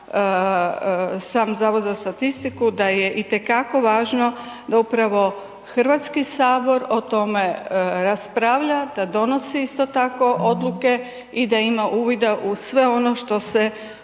koje poduzima sam DZS da je itekako važno da upravo Hrvatski sabor o tome raspravlja, da donosi isto tako odluke i da ima uvida u sve ono što se